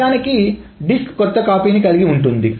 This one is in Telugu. నిజానికి డిస్క్ కొత్త కాపీని కలిగి ఉంటుంది